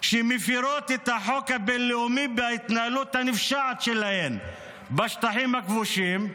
שמפירות את החוק הבין-לאומי בהתנהלות הנפשעת שלהם בשטחים הכבושים,